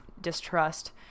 distrust